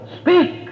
Speak